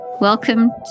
Welcome